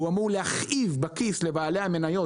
והוא אמור להכאיב בכיס לבעלי המניות